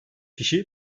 kişi